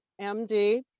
MD